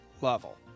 level